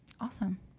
Awesome